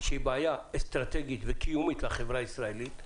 שהיא בעיה אסטרטגית וקיומית לחברה הישראלית,